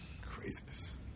Craziness